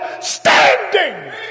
standing